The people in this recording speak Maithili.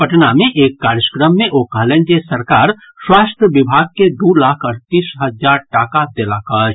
पटना मे एक कार्यक्रम मे ओ कहलनि जे सरकार स्वास्थ्य विभाग के दू लाख अड़तीस हजार टाका देलक अछि